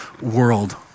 world